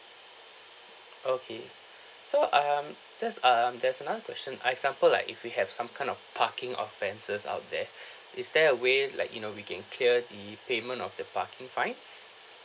okay so um just um there's another question I example like if we have some kind of parking offences out there is there a way like you know we can clear the payment of the parking fines